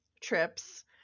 trips